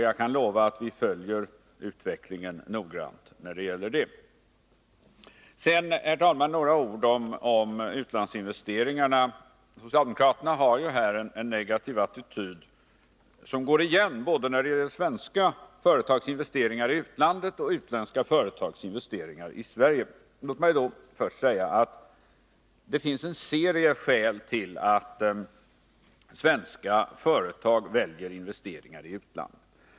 Jag kan lova att vi följer utvecklingen noggrant på det här området. Sedan vill jag, herr talman, säga några ord om utlandsinvesteringarna. Socialdemokraterna har ju härvidlag en negativ attityd, som går igen när det gäller både svenska företagsinvesteringar i utlandet och utländska företagsinvesteringar i Sverige. Låt mig först säga att det finns en serie skäl till att svenska företag väljer att investera i utlandet.